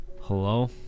Hello